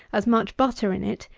as much butter in it,